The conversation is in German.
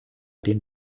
den